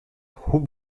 hoe